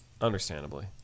Understandably